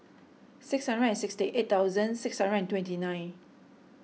six hundred and sixty eight thousand six hundred and twenty nine